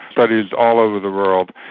studies all over the world,